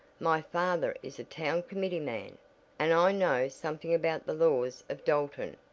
my father is a town committeeman and i know something about the laws of dalton.